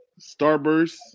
Starburst